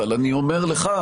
אבל אני אומר לך,